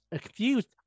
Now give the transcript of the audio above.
confused